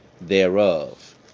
thereof